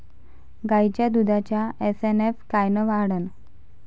गायीच्या दुधाचा एस.एन.एफ कायनं वाढन?